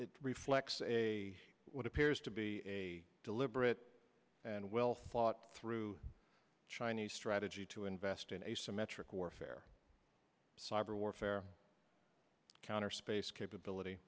it reflects a what appears to be a deliberate and well thought through chinese strategy to invest in asymmetric warfare cyber warfare counter space capability